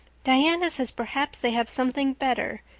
diana says perhaps they have something better,